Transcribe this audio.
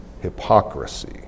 hypocrisy